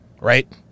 Right